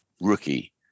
rookie